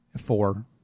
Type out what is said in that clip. Four